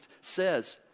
says